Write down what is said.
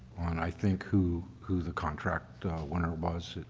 on i think who who the contract winner was.